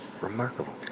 Remarkable